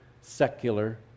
secular